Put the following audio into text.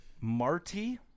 Marty